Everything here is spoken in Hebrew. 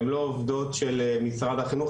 הן לא עובדות של משרד החינוך.